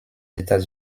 états